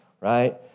right